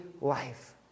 life